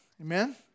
Amen